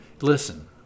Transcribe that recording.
Listen